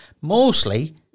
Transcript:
mostly